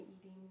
eating